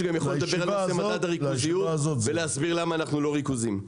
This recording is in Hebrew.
שגם יכול לדבר על נושא מדד הריכוזיות ולהסביר למה אנחנו לא ריכוזיים.